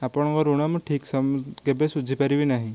ଆପଣଙ୍କ ଋଣ ମୁଁ ଠିକ୍ କେବେ ସୁଝିପାରିବି ନାହିଁ